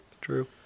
True